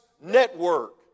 network